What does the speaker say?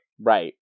Right